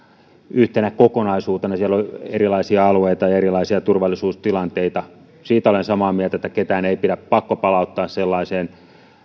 yhtenä kokonaisuutena siellä on erilaisia alueita ja erilaisia turvallisuustilanteita siitä olen samaa mieltä että ketään ei pidä pakkopalauttaa sellaiseen